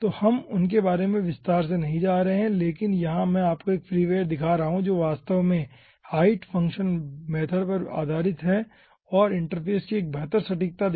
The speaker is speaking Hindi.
तो हम उन के बारे में विस्तार से नहीं जा रहे हैं लेकिन यहां मैं आपको 1 फ्रीवेयर दिखा रहा हूं जो वास्तव में हाइट फ़ंक्शन मैथड पर आधारित है ठीक है और इंटरफ़ेस की एक बेहतर सटीकता देता है